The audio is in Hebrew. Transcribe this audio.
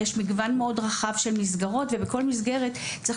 יש מגוון מאוד רחב של מסגרות ובכל מסגרת צריך